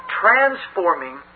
transforming